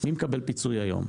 מי מקבל פיצוי היום,